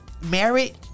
married